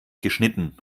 geschnitten